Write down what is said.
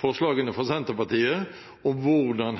forslagene fra Senterpartiet, om hvordan